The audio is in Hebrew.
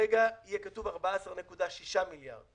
וכרגע יהיה כתוב 14.6 מיליארד,